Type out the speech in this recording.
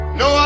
no